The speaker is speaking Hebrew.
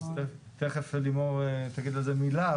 תכף לימור תגיד לי איזה מילה,